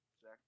Zach